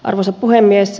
arvoisa puhemies